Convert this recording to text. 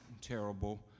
terrible